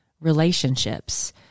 relationships